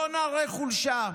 לא נראה חולשה,